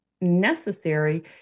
necessary